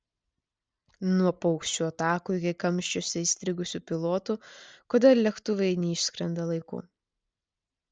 nuo paukščių atakų iki kamščiuose įstrigusių pilotų kodėl lėktuvai neišskrenda laiku